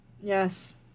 Yes